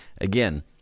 again